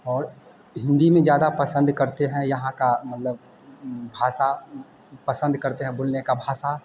और हिंदी में ज़्यादा पसंद करते हैं यहाँ की मतलब भाषा पसंद करते हैं बोलने की भाषा